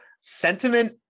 sentiment